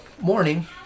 morning